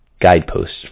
guideposts